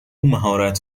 مهارت